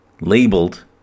labeled